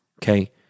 Okay